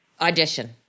audition